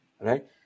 Right